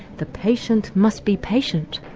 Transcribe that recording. the patient must be patient,